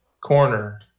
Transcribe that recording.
corner